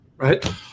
right